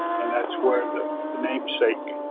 and that's where the the namesake,